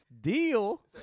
deal